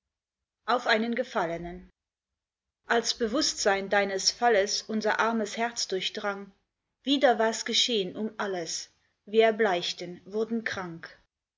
auf einen gefallenen als bewußtsein deines falles unser armes herz durchdrang wieder wars geschehn um alles wir erbleichten wurden krank